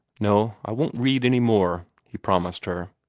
no, i won't read any more, he promised her,